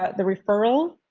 ah the referral,